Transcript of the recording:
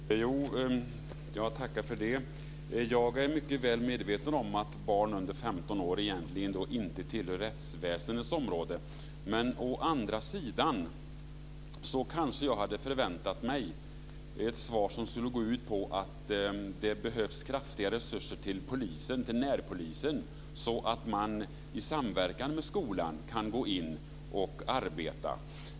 Fru talman! Jag tackar för det. Jag är mycket väl medveten om att barn under 15 år egentligen inte tillhör rättsväsendets område. Men å andra sidan kanske jag hade förväntat mig ett svar som skulle gå ut på att det behövs kraftiga resurser till polisen, till närpolisen, så att man i samverkan med skolan kan gå in och arbeta.